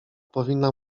powinna